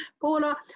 Paula